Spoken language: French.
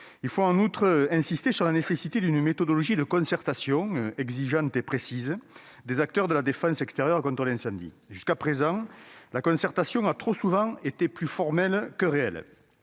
Il faut en outre insister sur la nécessité d'une méthodologie de concertation, exigeante et précise, des acteurs de la défense extérieure contre l'incendie. Jusqu'à présent, la concertation a trop souvent été plus formelle que réelle.